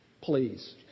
Please